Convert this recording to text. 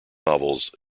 novels